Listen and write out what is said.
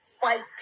Fight